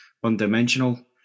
one-dimensional